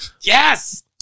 Yes